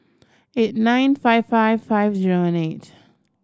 eight nine five five five zero eight